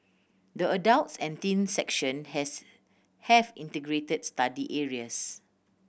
the adults and teens section has have integrated study areas